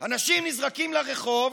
אנשים נזרקים לרחוב,